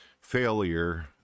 failure